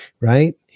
right